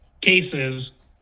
cases